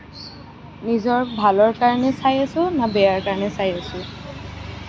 নিজৰ ভালৰ কাৰণে চাই আছোঁ না বেয়াৰ কাৰণে চাই আছোঁ